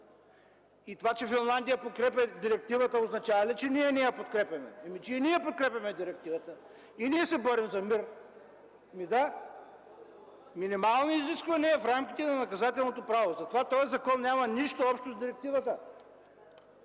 Това, че Финландия подкрепя Директивата, означава ли, че ние не я подкрепяме? Ами, че и ние подкрепяме Директивата, и ние се борим за мир... (Реплики.) Ами, да – минимални изисквания в рамките на наказателното право. Затова този закон няма нищо общо с Директивата.